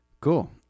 cool